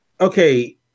okay